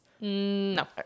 no